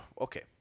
Okay